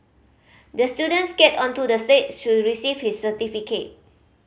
the student skated onto the stage to receive his certificate